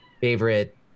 favorite